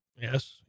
Yes